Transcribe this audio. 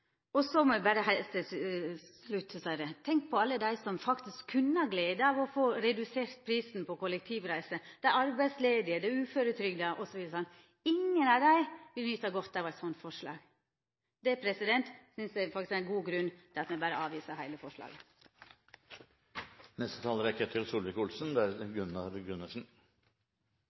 merknader. Så må eg berre seia heilt til slutt: Tenk på alle dei som kunne hatt glede av å få redusert prisen på kollektivreiser, dei arbeidsledige, dei uføretrygda osv. Ingen av dei vil nyta godt av eit slikt forslag. Det synest eg faktisk er ein god grunn til å avvisa heile